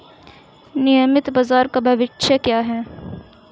नियमित बाजार का भविष्य क्या है?